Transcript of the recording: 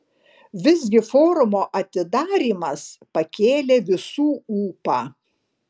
visgi forumo atidarymas pakėlė visų ūpą